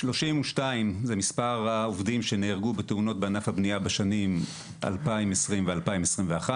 32 זה מספר העובדים שנהרגו בתאונות בענף הבנייה בשנים 2020 ו-2021.